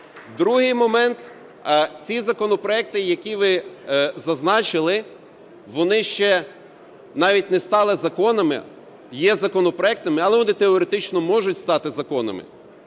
Другий момент. Ці законопроекти, які ви зазначили, вони ще навіть не стали законами, є законопроектами, але вони теоретично можуть стати законами.